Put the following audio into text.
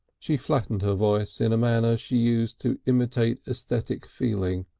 she flattened her voice in a manner she used to intimate aesthetic feeling.